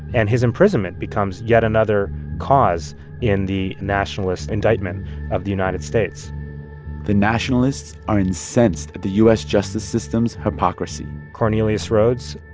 and his imprisonment becomes yet another cause in the nationalist indictment of the united states the nationalists are incensed at the u s. justice system's hypocrisy cornelius rhoads,